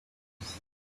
house